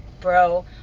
bro